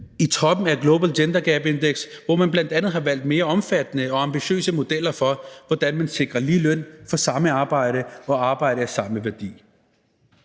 i toppen af Global Gender Gap Index, hvor man bl.a. har valgt mere omfattende og ambitiøse modeller for, hvordan man sikrer lige løn for samme arbejde og arbejde af samme værdi.